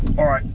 alright,